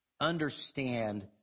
understand